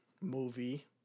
movie